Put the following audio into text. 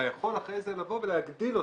אתה יכול אחרי זה לבוא ולהגדיל אותו,